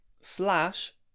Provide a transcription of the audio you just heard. slash